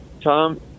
Tom